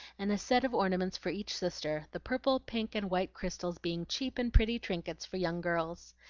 and a set of ornaments for each sister the purple, pink, and white crystals being cheap and pretty trinkets for young girls.